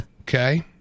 okay